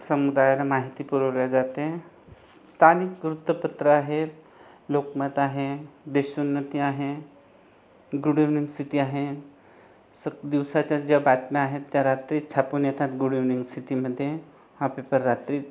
समुदायाला माहिती पुरवली जाते स्थानिक वृत्तपत्रं आहेत लोकमत आहे देशोन्नती आहे गुड ईवनिंग सिटी आहे सक दिवसाच्या ज्या बातम्या आहेत त्या रात्रीच छापून येतात गुड ईवनिंग सिटीमध्ये हा पेपर रात्रीच